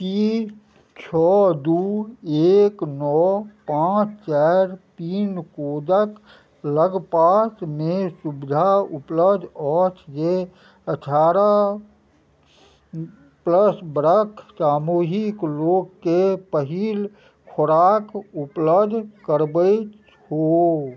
कि छओ दुइ एक नओ पाँच चारि पिनकोडके लगपासमे सुविधा उपलब्ध अछि जे अठारह प्लस बरख सामूहके लोकके पहिल खोराक उपलब्ध करबैत हो